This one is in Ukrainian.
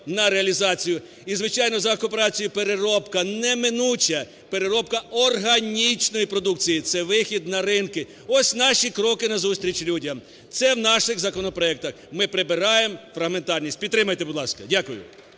на реалізацію. І, звичайно, за кооперацією переробка неминуче, переробка органічної продукції, це вихід на ринки. Ось наші кроки на зустріч людям, це в наших законопроектах – ми прибираємо фрагментарність. Підтримайте, будь ласка. Дякую.